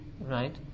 Right